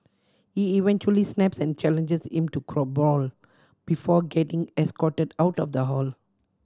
he eventually snaps and challenges him to a brawl before getting escorted out of the hall